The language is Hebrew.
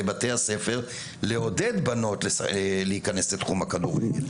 לבתי ספר לעודד בנות להיכנס לתחום הכדורגל.